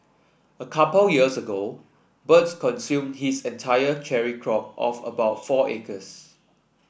a couple years ago birds consumed his entire cherry crop of about four acres